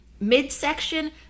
midsection